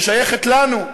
ששייכת לנו,